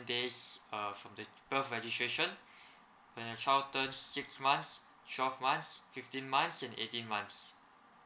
days uh from the birth registration when your child turns just six months twelve months fifteen months and eighteen months